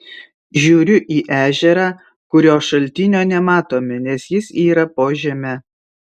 žiūriu į ežerą kurio šaltinio nematome nes jis yra po žeme